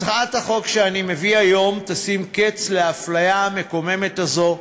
הצעת החוק שאני מביא היום תשים קץ לאפליה המקוממת הזו.